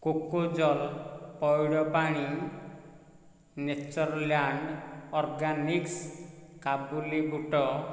କୋକୋଜଲ୍ ପଇଡ଼ ପାଣି Natureland Organics କାବୁଲି ବୁଟ